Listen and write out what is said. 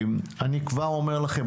אני כבר אומר לכם,